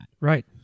Right